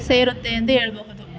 ಸೇರುತ್ತೆ ಎಂದು ಹೇಳ್ಬಹುದು